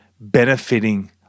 benefiting